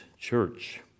church